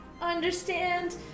understand